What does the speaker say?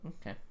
Okay